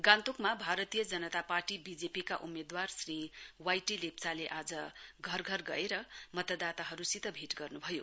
गान्तोकमा भारतीय जनता पार्टी बीजेपी का उम्मेदवार श्री वाई टी लेप्वाले आज घर घर गएर मतदाताहरुसित भेट गर्नभयो